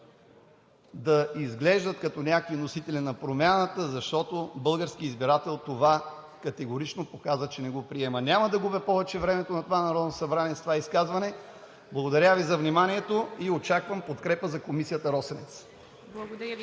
да изглеждат като някакви носители на промяната, защото българският избирател категорично им показа, че това не го приема. Няма да губя повече времето на Народното събрание с това изказване. Благодаря Ви за вниманието и очаквам подкрепа за комисията „Росенец“.